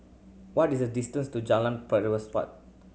what is the distance to Jalan